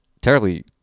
terribly